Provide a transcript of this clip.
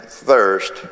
thirst